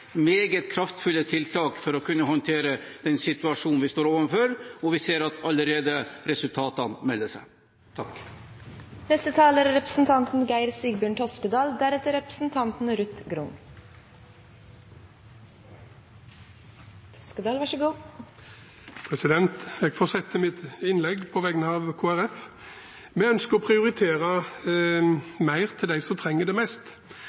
meget kraftfulle tiltak for å kunne håndtere den situasjonen vi står overfor, og vi ser allerede at resultatene melder seg. Jeg fortsetter mitt innlegg på vegne av Kristelig Folkeparti. Vi ønsker å prioritere mer til dem som trenger det mest.